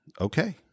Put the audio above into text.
okay